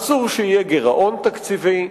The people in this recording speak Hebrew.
אסור שיהיה גירעון תקציבי,